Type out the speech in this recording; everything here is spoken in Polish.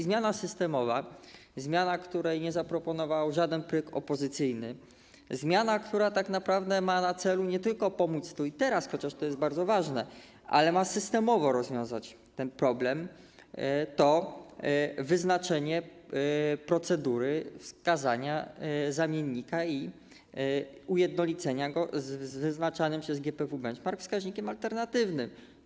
Zmiana systemowa, zmiana, której nie zaproponował żaden projekt opozycyjny, zmiana, która tak naprawdę ma na celu nie tylko pomóc tu i teraz, chociaż to jest bardzo ważne, ale ma systemowo rozwiązać ten problem - to wyznaczenie procedury wskazania zamiennika i ujednolicenia go z wyznaczanym przez GPW Benchmark wskaźnikiem alternatywnym.